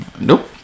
Nope